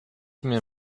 mir